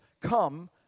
come